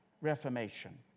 reformation